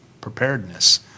preparedness